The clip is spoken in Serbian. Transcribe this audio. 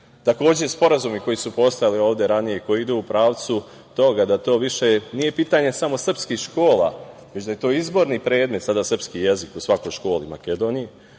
Takođe, sporazumi koji su postojali ovde ranije i koji idu u pravcu toga da to više nije pitanje samo srpskih škola, već da je to izborni predmet sada, srpski jezik, u svakoj školi u Makedoniji,